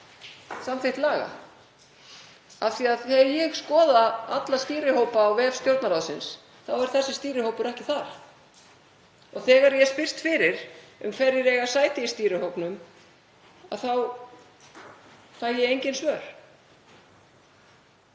samþykkt laga? Af því að þegar ég skoða alla stýrihópa á vef Stjórnarráðsins er þessi stýrihópur ekki þar. Þegar ég hef spurst fyrir um hverjir eiga sæti í stýrihópnum þá fæ ég engin svör.